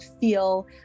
feel